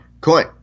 coin